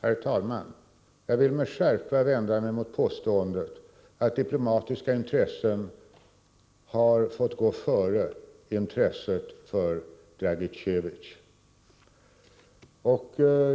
Herr talman! Jag vill med skärpa vända mig mot påståendet att diplomatiska intressen har fått gå före intresset för Dragicevic.